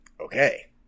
Okay